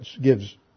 gives